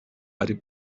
ari